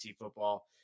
football